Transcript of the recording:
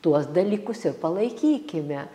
tuos dalykus ir palaikykime